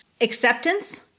acceptance